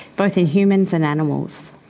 both in humans and animals.